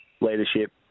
leadership